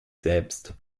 selbst